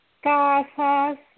casas